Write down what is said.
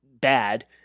bad